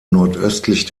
nordöstlich